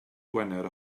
gwener